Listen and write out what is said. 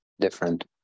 different